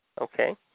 Okay